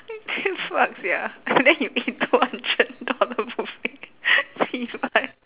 the fuck sia and then you eat two hundred dollar buffet cheebye